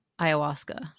ayahuasca